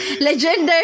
Legendary